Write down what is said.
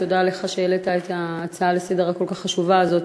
תודה לך על שהעלית את ההצעה לסדר-היום הכל-כך חשובה הזאת,